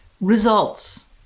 Results